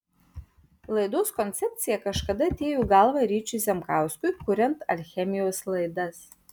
laidos koncepcija kažkada atėjo į galvą ryčiui zemkauskui kuriant alchemijos laidas